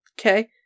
Okay